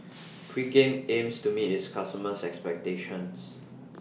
Pregain aims to meet its customers' expectations